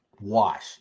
wash